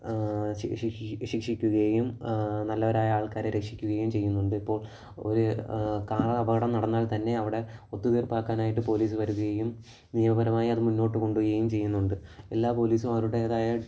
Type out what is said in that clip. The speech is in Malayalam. ശിക്ഷിക്കുകയും നല്ലവരായ ആൾക്കാരെ രക്ഷിക്കുകയും ചെയ്യുന്നുണ്ട് ഇപ്പോൾ ഒരു കാറപകടം നടന്നാൽ തന്നെ അവിടെ ഒത്തുതീർപ്പാക്കാനായിട്ട് പോലീസ് വരുകയും നിയമപരമായ് അത് മുന്നോട്ടു കൊണ്ടുപോവുകയും ചെയ്യുന്നുണ്ട് എല്ലാ പോലീസും അവരുടേതായ